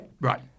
Right